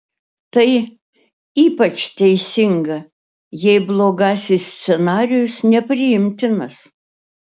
tai ypač teisinga jei blogasis scenarijus nepriimtinas